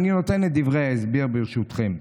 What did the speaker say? ואני נותן את דברי ההסבר, ברשותכם: